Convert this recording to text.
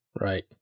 Right